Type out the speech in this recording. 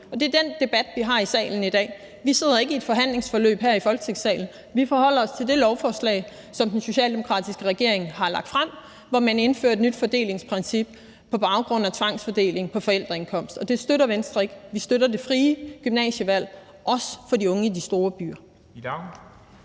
Det er den debat, vi har i salen i dag. Vi sidder ikke i et forhandlingsforløb her i Folketingssalen. Vi forholder os til det lovforslag, som den socialdemokratiske regering har lagt frem, hvor man indfører et nyt princip om tvangsfordeling efter forældreindkomst, og det støtter Venstre ikke. Vi støtter det frie gymnasievalg – også for de unge i de store byer.